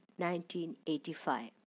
1985